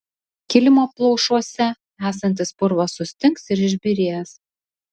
kilimo plaušuose esantis purvas sustings ir išbyrės